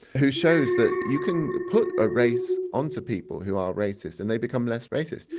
who shows that you can put a race on to people who are racist and they become less racist.